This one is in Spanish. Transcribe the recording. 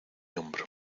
hombro